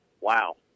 wow